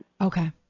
Okay